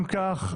אם כך,